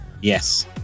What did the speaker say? Yes